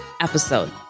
episode